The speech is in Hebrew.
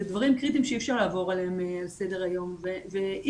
אלה דברים קריטיים שאי אפשר לעבור עליהם לסדר היום ואי